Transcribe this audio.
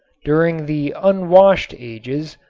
during the unwashed ages,